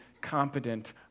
competent